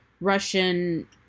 Russian